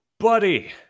Buddy